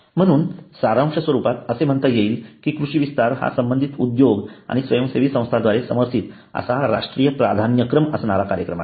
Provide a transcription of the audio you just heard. म्हणून सारांश स्वरूपात असे म्हणता येईल कि कृषी विस्तार हा संबंधित उद्योग आणि स्वयंसेवी संस्थांद्वारे समर्थित असा राष्ट्रीय प्राधान्यक्रम असणारा कार्यक्रम आहे